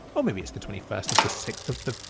or maybe it's the twenty first of the sixth of the,